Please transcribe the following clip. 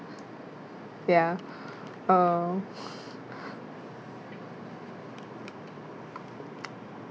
ya um